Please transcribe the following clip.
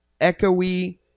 echoey